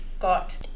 got